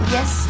Yes